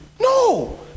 No